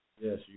Yes